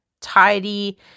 tidy